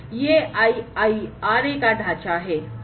यह IIRA का ढांचा है